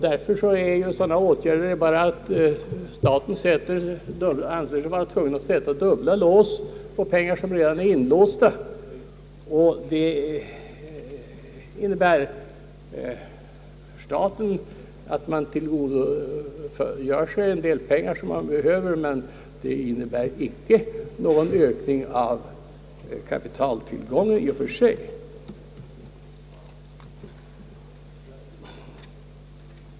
Sådana åtgärder innebär bara att staten anser sig tvungen att sätta dubbla lås för pengar som redan är inlåsta. Staten tillgodogör sig visserligen en del pengar som den behöver, men det innebär icke någon ökning av kapitaltillgången i och för sig.